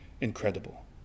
incredible